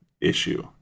issue